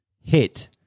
hit